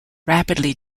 rapidly